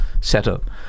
setup